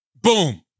Boom